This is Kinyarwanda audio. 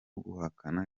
guhakana